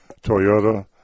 Toyota